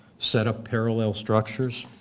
set up parallel structures?